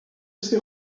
ses